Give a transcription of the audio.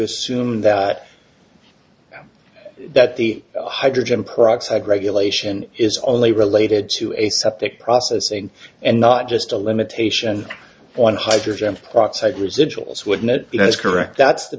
assume that that the hydrogen peroxide regulation is only related to a septic processing and not just a limitation on hydrogen peroxide residuals would not that's correct that's the